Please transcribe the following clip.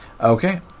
Okay